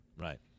Right